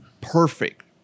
perfect